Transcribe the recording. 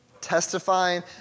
testifying